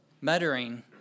muttering